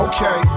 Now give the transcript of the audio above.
Okay